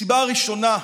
הסיבה הראשונה,